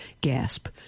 Gasp